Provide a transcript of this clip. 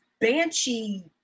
banshee